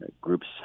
groups